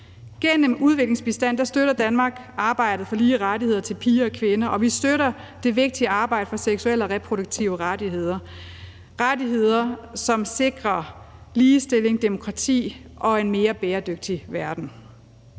Gennem udviklingsbistand støtter Danmark arbejdet for lige rettigheder til piger og kvinder, og vi støtter det vigtige arbejde for seksuelle og reproduktive rettigheder – rettigheder, som sikrer ligestilling, demokrati og en mere bæredygtig verden.